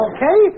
Okay